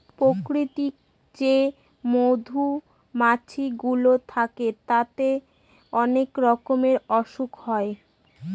প্রাকৃতিক যে মধুমাছি গুলো থাকে তাদের অনেক রকমের অসুখ হয়